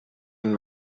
and